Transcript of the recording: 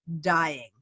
dying